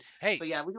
Hey